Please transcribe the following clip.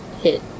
hit